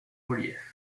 relief